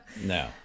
no